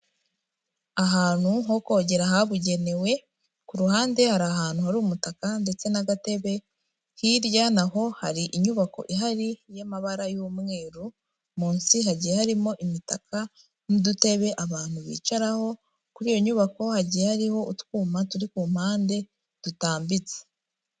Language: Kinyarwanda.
Ahantu ho kogera ahabugenewe, ku ruhande hari ahantu hari umutaka ndetse n'agatebe, hirya naho hari inyubako ihari y'amabara y'umweru, munsi hagiye harimo imitaka n'udutebe abantu bicaraho, kuri iyo nyubako hagiye hariho utwuma turi ku mpande dutambitse.